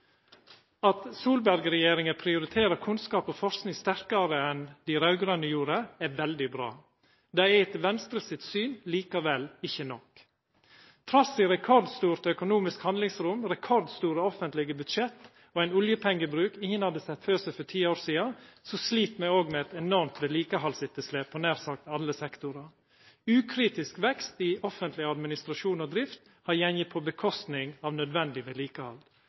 At Solberg-regjeringa prioriterer kunnskap og forsking sterkare enn dei raud-grøne gjorde, er veldig bra. Det er etter Venstre sitt syn likevel ikkje nok. Trass i rekordstort økonomisk handlingsrom, rekordstore offentlege budsjett og ein oljepengebruk ingen hadde sett føre seg for ti år sidan, sliter me òg med eit enormt vedlikehaldsetterslep i nær sagt alle sektorar. Ukritisk vekst i offentleg administrasjon og drift har gått på kostnad av nødvendig vedlikehald.